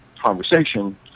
conversation